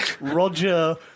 Roger